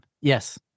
Yes